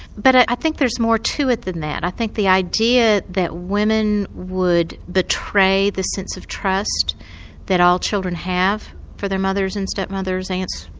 but i think there is more to it than that, i think the idea that women would betray the sense of trust that all children have for their mothers, and step mothers, aunts,